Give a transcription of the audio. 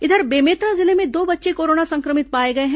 इधर बेमेतरा जिले में दो बच्चे कोरोना संक्रमित पाए गए हैं